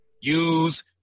use